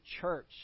church